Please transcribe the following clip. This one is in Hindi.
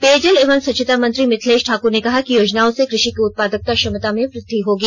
पेयजल एवं स्वच्छता मंत्री मिथलेश ठाक्र ने कहा कि योजनाओं से कृषि की उत्पादकता क्षमता में वृद्धि होगी